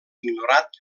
ignorat